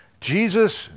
jesus